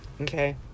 Okay